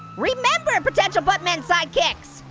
remember, potential buttman sidekicks,